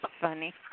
funny